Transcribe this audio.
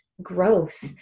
growth